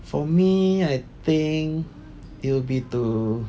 for me I think it'll be to